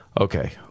Okay